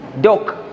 Doc